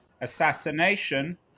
assassination